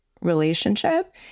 relationship